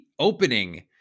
opening